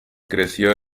creció